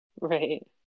Right